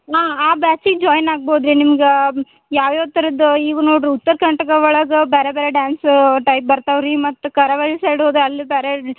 ಹಾಂ ಆ ಬ್ಯಾಚಿಗೆ ಜಾಯ್ನ್ ಆಗ್ಬೋದು ರೀ ನಿಮ್ಗೆ ಯಾವ ಯಾವ ಥರದ್ ಈವಾಗ್ ನೋಡ್ರಿ ಉತ್ತರ ಕರ್ನಾಟ್ಕ ಒಳಗೆ ಬೇರೆ ಬೇರೆ ಡಾನ್ಸ ಟೈಪ್ ಬರ್ತಾವೆ ರೀ ಮತ್ತು ಕರಾವಳಿ ಸೈಡ್ ಹೋದೆ ಅಲ್ಲಿ ಬೇರೆ